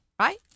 Right